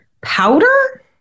powder